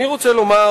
אני רוצה לומר